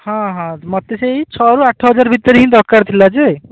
ହଁ ହଁ ମୋତେ ସେଇ ଛଅରୁ ଆଠ ହଜାର ଭିତରେ ହିଁ ଦରକାର ଥିଲା ଯେ